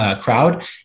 crowd